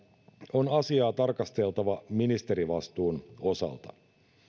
on asiaa tarkasteltava ministerivastuun osalta